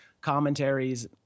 commentaries